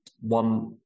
one